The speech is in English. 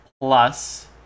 Plus